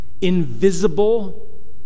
Invisible